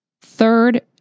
Third